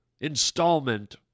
installment